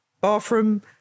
bathroom